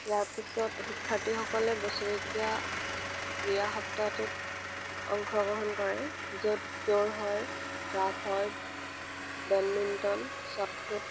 ইয়াৰ পিছত শিক্ষাৰ্থীসকলে বছেৰেকীয়া ক্ৰীড়া সপ্তাহটোত অংশগ্ৰহণ কৰে য'ত দৌৰ হয় জাঁপ হয় বেডমিণ্টন চট্ফুট